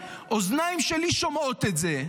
והאוזניים שלי שומעות את זה: